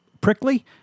prickly